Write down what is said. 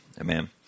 Amen